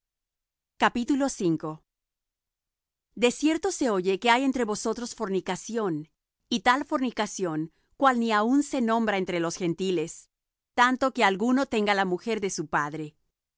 mansedumbre de cierto se oye que hay entre vosotros fornicación y tal fornicación cual ni aun se nombra entre los gentiles tanto que alguno tenga la mujer de su padre